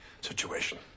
situation